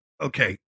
okay